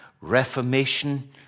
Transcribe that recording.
reformation